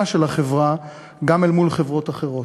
של החברה גם אל מול חברות אחרות.